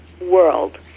world